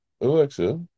Alexa